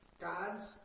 Gods